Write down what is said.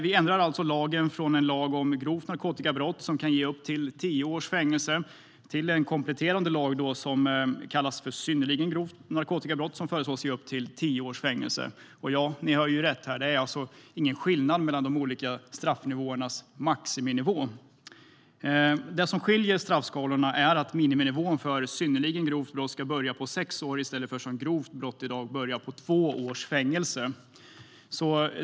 Vi ändrar alltså lagen från en lag om grovt narkotikabrott som kan ge upp till tio års fängelse till en kompletterande lag om det som kallas för synnerligen grovt narkotikabrott och som föreslås ge upp till tio års fängelse. Ja, ni hör rätt: Det är alltså ingen skillnad mellan de olika straffens maximinivå. Det som skiljer straffskalorna åt är att miniminivån för synnerligen grovt brott ska börja på sex år i stället för att som i dag, för grovt brott, börja på två års fängelse.